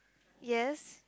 yes